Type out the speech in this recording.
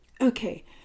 Okay